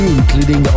including